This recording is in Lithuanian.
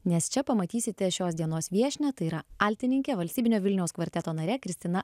nes čia pamatysite šios dienos viešnią tai yra altininkę valstybinio vilniaus kvarteto narė kristina